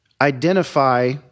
identify